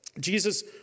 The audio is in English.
Jesus